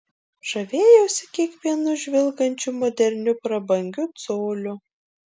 žavėjausi kiekvienu žvilgančiu moderniu prabangiu coliu